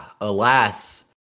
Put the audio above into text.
alas